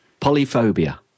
polyphobia